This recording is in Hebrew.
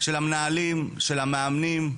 של המנהלים, של המאמנים,